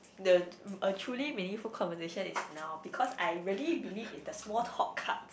the a truly meaningful conversation is now because I really believe in the small talk card